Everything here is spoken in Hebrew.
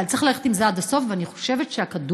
אבל צריך ללכת עם זה עד הסוף, ואני חושבת שהכדור